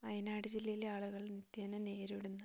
വയനാട് ജില്ലയിലെ ആളുകൾ നിത്യേന നേരിടുന്ന